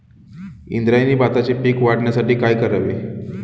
इंद्रायणी भाताचे पीक वाढण्यासाठी काय करावे?